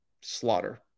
slaughter